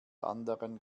anderen